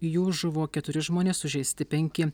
jų žuvo keturi žmonės sužeisti penki